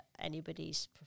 anybody's